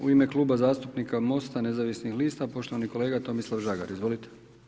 U ime Kluba zastupnika Mosta nezavisnih lista, poštovani kolega Tomislav Žagar, izvolite.